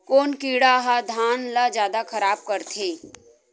कोन कीड़ा ह धान ल जादा खराब करथे?